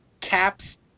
Caps